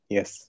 Yes